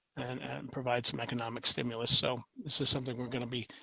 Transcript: provide some economic stimulus. so, this is something we're going to be